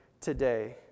today